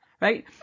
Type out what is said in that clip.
right